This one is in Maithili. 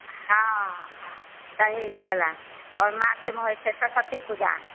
हँ दहेज बला आओर मार्च मे होइत छै सरस्वती पूजा